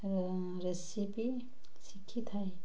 recipe ଶିଖିଥାଏ